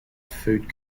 food